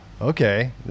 okay